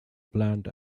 bland